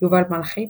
יובל מלחי,